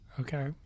Okay